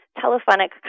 telephonic